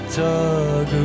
tug